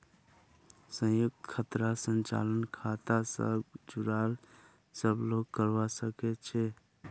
संयुक्त खातार संचालन खाता स जुराल सब लोग करवा सके छै